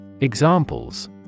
Examples